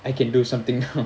I can do something now